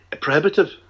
prohibitive